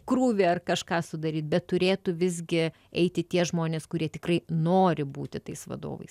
krūvį ar kažką sudaryti bet turėtų visgi eiti tie žmonės kurie tikrai nori būti tais vadovais